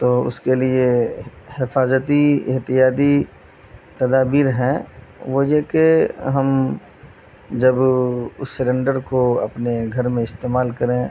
تو اس کے لیے حفاظتی احتیاطی تدابیر ہیں وہ یہ کہ ہم جب اس سلنڈر کو اپنے گھر میں استعمال کریں